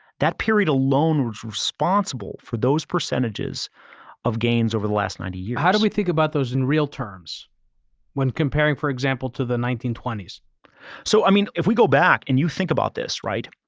that period alone was responsible for those percentages of gains over the last ninety years. how do we think about those in real terms when comparing, for example, to the nineteen twenty s? so i mean, if we go back and you think about this, right?